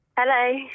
Hello